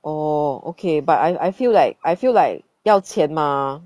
orh okay but I I feel like I feel like 要钱吗